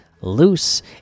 loose